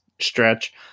stretch